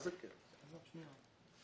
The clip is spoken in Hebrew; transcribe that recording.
אבל ברגע שאנחנו רואים שיש פרסומות בגמ"חים,